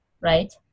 right